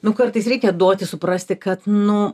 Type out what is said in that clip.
nu kartais reikia duoti suprasti kad nu